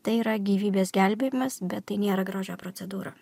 tai yra gyvybės gelbėjimas bet tai nėra grožio procedūra